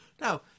Now